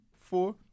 four